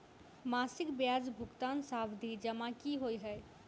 मासिक ब्याज भुगतान सावधि जमा की होइ है?